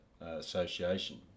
Association